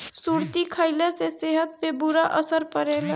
सुरती खईला से सेहत पे बुरा असर पड़ेला